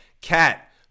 Cat